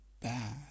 bad